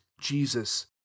jesus